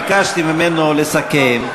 ביקשתי ממנו לסכם,